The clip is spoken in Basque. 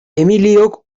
emiliok